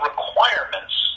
requirements